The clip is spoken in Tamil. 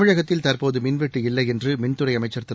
தமிழகத்தில் தற்போது மின்வெட்டு இல்லை என்று மின்துறை அமைச்சர் திரு